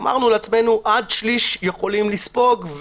אמרנו לעצמו שעד שליש יכולים לספוג.